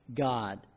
God